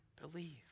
believe